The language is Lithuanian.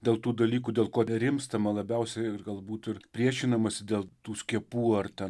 dėl tų dalykų dėl ko nerimstama labiausiai ir galbūt ir priešinamasi dėl tų skiepų ar ten